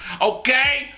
okay